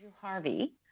Harvey